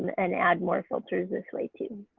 and add more filters this way too.